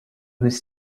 was